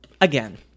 again